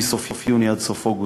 מסוף יוני עד סוף אוגוסט,